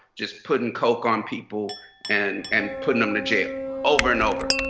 just putting coke on people and and putting them to jail. over and over.